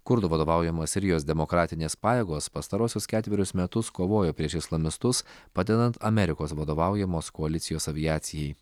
kurdų vadovaujamos sirijos demokratinės pajėgos pastaruosius ketverius metus kovojo prieš islamistus padedant amerikos vadovaujamos koalicijos aviacijai